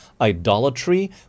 idolatry